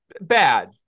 Bad